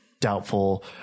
Doubtful